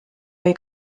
või